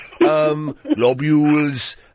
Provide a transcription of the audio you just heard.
lobules